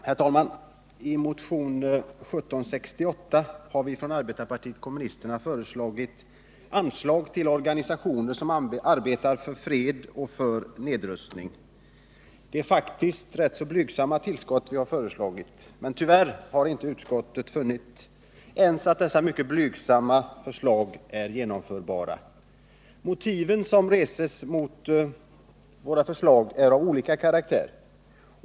Herr talman! I motionen 1768 har arbetarpartiet kommunisterna föreslagit anslag till organisationer som arbetar för fred och nedrustning. Vi har faktiskt föreslagit rätt blygsamma tillskott, men tyvärr har inte utskottet funnit att ens detta är genomförbart. Invändningarna mot våra förslag är av olika karaktär.